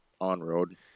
on-road